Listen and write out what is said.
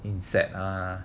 insect ah